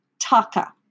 Taka